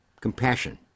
compassion